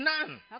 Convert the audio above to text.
none